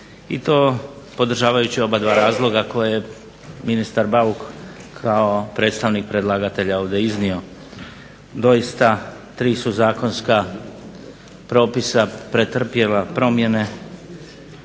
i to podržavajući oba dva razloga koje je ministar Bauk kao predstavnik predlagatelja ovdje iznio. Doista, tri su zakonska propisa pretrpjela promjene.